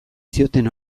zioten